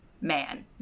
man